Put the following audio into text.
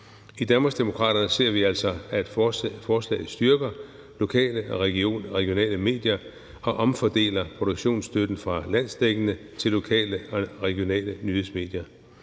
I Danmarksdemokraterne ser vi det altså sådan, at forslaget styrker lokale og regionale medier og omfordeler produktionsstøtten fra landsdækkende til lokale og regionale nyhedsmedier.